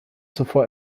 zuvor